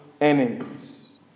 enemies